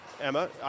Emma